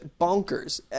bonkers